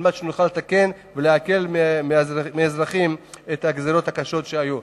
על מנת שנוכל לתקן ולהקל על האזרחים את הגזירות הקשות שהיו.